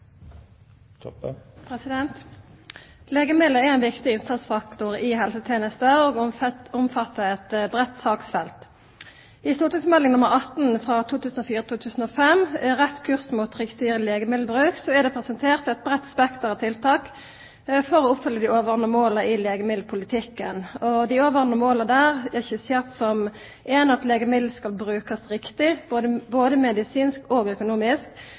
ein viktig innsatsfaktor i helsetenesta og omfattar eit breitt saksfelt. I St.meld. nr. 18 for 2004–2005, Rett kurs mot riktigere legemiddelbruk, er det presentert eit breitt spekter av tiltak for å oppfylla dei overordna måla i legemiddelpolitikken. Dei overordna måla der er for det fyrste at legemiddel skal brukast riktig, både medisinsk og økonomisk,